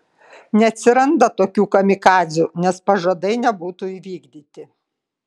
neatsiranda tokių kamikadzių nes pažadai nebūtų įvykdyti